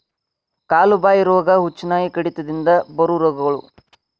ಕಾಲು ಬಾಯಿ ರೋಗಾ, ಹುಚ್ಚುನಾಯಿ ಕಡಿತದಿಂದ ಬರು ರೋಗಗಳು